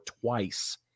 twice